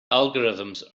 algorithms